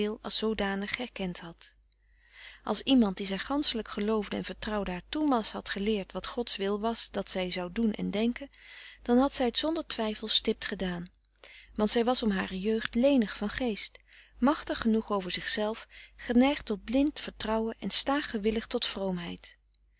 als zoodanig herkend had als iemand die zij ganschelijk geloofde en vertrouwde haar toenmaals had geleerd wat god's wil was dat zij zou doen en denken dan had zij t zonder twijfel stipt gedaan want zij was om hare jeugd lenig van geest machtig genoeg over zichzelf geneigd tot blind vertrouwen en staag gewillig tot